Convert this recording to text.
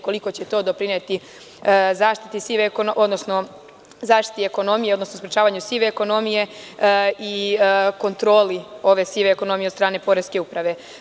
Koliko će to doprineti zaštiti sive ekonomije, odnosno zaštiti ekonomije, odnosno sprečavanju sive ekonomije i kontroli ove sive ekonomije od strane poreske uprave?